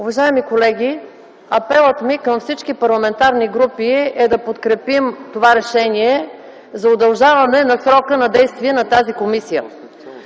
Уважаеми колеги, апелът ми към всички парламентарни групи е да подкрепим това решение за удължаване срока на действие на тази комисия,